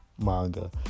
manga